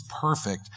perfect